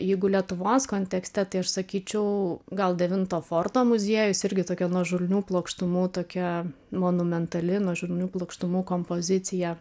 jeigu lietuvos kontekste tai aš sakyčiau gal devinto forto muziejus irgi tokia nuožulnių plokštumų tokia monumentali nuožulnių plokštumų kompozicija